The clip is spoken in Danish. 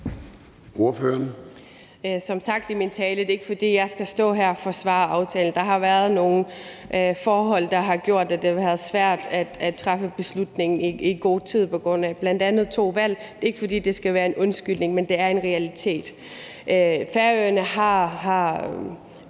(SP): Som sagt i min tale er det ikke, fordi jeg skal stå her og forsvare aftalen. Der har været nogle forhold, der har gjort, at det har været svært at træffe beslutningen i god tid, bl.a. på grund af to valg. Det er ikke, fordi det skal være en undskyldning, men det er en realitet. Vi har